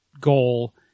goal